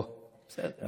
אוה, בסדר.